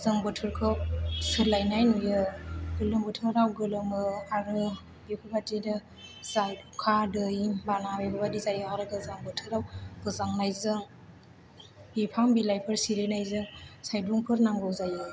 जों बोथोरखौ सोलायनाय नुयो गोलोम बोथोराव गोलोमो आरो बेफोरबायदिनो जाय अखाहादै बाना बेफोरबायदि जायो आरो गोजां बोथोराव गोजांनायजों बिफां बिलाइफोर सिरिनायजों सायदुंफोर नांगौ जायो